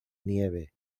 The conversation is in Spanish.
nieve